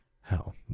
Hell